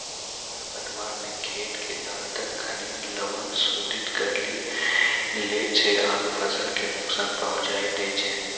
खर पतवार न खेत के ज्यादातर खनिज लवण शोषित करी लै छै आरो फसल कॅ नुकसान पहुँचाय दै छै